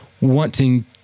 wanting